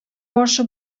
башы